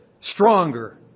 stronger